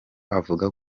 avuga